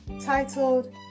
Titled